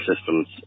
systems